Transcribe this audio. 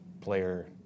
player